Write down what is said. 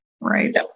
Right